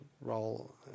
role